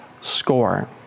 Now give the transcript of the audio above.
score